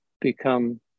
become